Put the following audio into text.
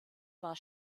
war